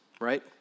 right